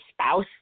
spouse